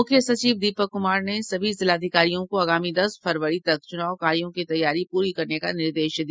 मुख्य सचिव दीपक कुमार ने सभी जिलाधिकारियों को आगामी दस फरवरी तक चुनाव कार्यों की तैयारी पूरी करने का निर्देश दिया